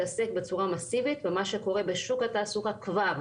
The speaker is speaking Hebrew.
מתעסק בצורה מאסיבית במה שקורה בשוק התעסוקה כבר,